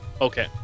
Okay